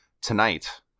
tonight